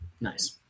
Nice